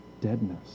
deadness